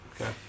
okay